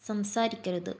സംസാരിക്കരുത്